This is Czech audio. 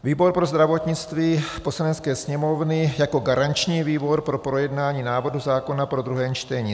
Výbor pro zdravotnictví Poslanecké sněmovny jako garanční výbor po projednání návrhu zákona po druhém čtení: